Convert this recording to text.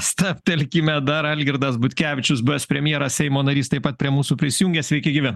stabtelkime dar algirdas butkevičius buvęs premjeras seimo narys taip pat prie mūsų prisijungė sveiki gyvi